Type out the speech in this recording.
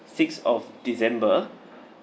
sixth of december